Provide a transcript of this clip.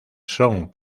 son